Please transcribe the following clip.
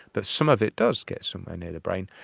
but some of it does get somewhere near the brain.